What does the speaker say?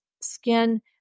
skin